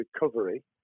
recovery